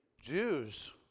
Jews